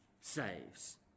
saves